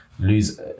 Lose